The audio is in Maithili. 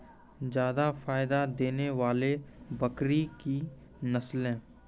जादा फायदा देने वाले बकरी की नसले?